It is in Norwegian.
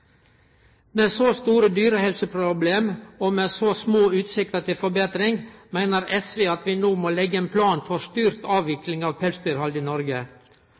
Med så store dyrehelseproblem og med så små utsikter til forbetring meiner SV at vi no må leggje ein plan for styrt avvikling av pelsdyrhald i Noreg.